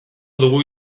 dugu